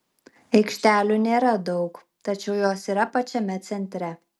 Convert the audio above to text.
aikštelių nėra daug tačiau jos yra pačiame centre